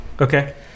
Okay